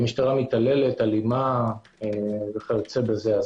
משטרה מתעללת, אלימה וכיוצא בזה.